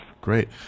Great